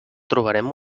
trobem